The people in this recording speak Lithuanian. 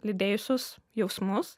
lydėjusius jausmus